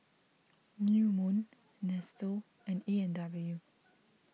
New Moon Nestle and A and W